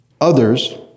Others